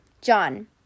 John